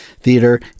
Theater